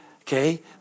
Okay